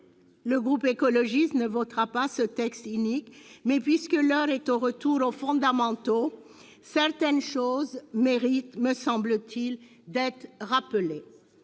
le groupe écologiste ne votera pas ce texte inique, mais, puisque l'heure est au retour aux fondamentaux, certaines choses méritent, me semble-t-il, d'être rappelées.